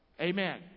Amen